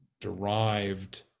derived